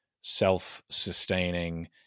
self-sustaining